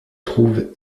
trouve